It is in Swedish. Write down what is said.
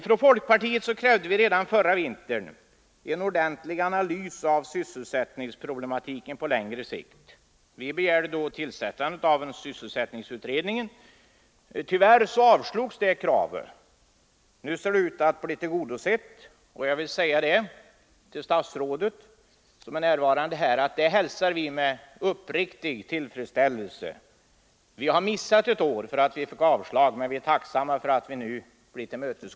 Från folkpartiet krävde vi redan förra vintern en ordentlig analys av sysselsättningsproblematiken på längre sikt. Vi begärde då tillsättandet av en sysselsättningsutredning. Kravet avslogs tyvärr. Nu ser det ut att bli tillgodosett. Jag vill säga till statsrådet, som nu är närvarande, att det hälsar vi med uppriktig tillfredsställelse. Vi har missat ett år, därför att vi fick avslag, men vi är tacksamma för att man nu gått oss till mötes.